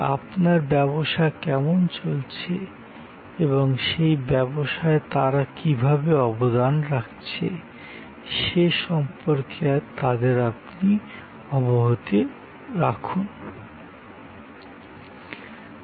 আপনার ব্যবসা কেমন চলছে এবং সেই ব্যবসায় তারা কীভাবে অবদান রাখছে সে সম্পর্কে তাদের অবহিত রাখাও খুবই গুরুত্বপূর্ণ